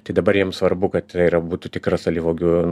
tai dabar jiem svarbu kad yra būtų tikras alyvuogių